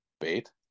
bait